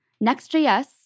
Next.js